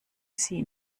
sie